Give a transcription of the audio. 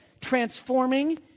transforming